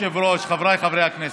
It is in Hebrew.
חבריי חברי הכנסת,